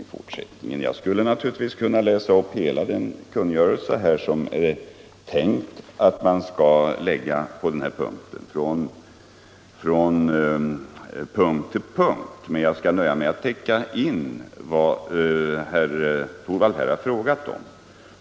Jag skulle naturligtvis på punkt efter punkt kunna läsa upp hela den kungörelse som är tänkt. Jag skall nöja mig med att täcka in vad herr Torwald har frågat om.